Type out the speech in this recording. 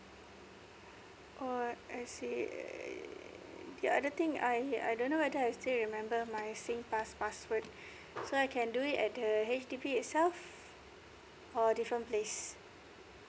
oh I I see the other thing I I don't know whether I still remember my sing pass password so I can do it at the H_D_B itself or different place